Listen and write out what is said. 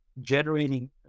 generating